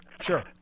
Sure